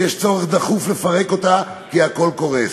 ויש צורך דחוף לפרק אותה, כי הכול קורס.